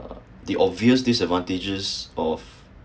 the obvious disadvantages of